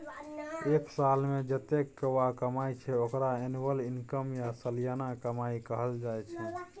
एक सालमे जतेक केओ कमाइ छै ओकरा एनुअल इनकम या सलियाना कमाई कहल जाइ छै